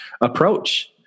approach